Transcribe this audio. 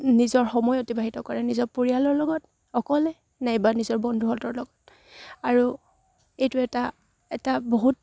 নিজৰ সময় অতিবাহিত কৰে নিজৰ পৰিয়ালৰ লগত অকলে নাইবা নিজৰ বন্ধুতৰ লগত আৰু এইটো এটা এটা বহুত